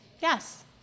Yes